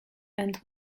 and